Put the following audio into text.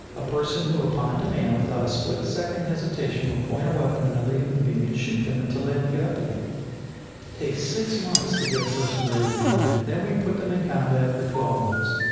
a person who, upon demand, without a split-second hesitation, will point a weapon at another human being and shoot them until they don't get up again. it takes six months to get a person ready to do that. then we put them in combat for twelve months.